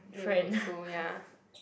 friend